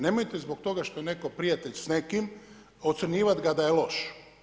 Nemojte zbog toga što je netko prijatelj s nekim, ocrnjivati da je loš.